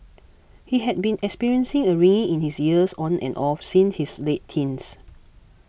he had been experiencing a ringing in his ears on and off since his late teens